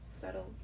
subtle